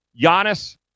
Giannis